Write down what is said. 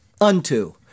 unto